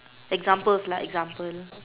examples lah example